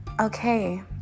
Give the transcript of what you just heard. Okay